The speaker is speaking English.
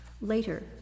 Later